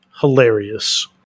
hilarious